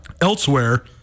elsewhere